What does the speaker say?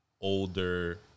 older